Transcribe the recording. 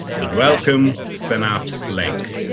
welcome synapse link.